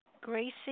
Gracie